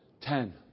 Ten